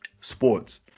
Sports